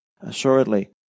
Assuredly